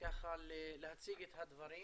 להציג את הדברים.